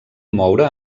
moure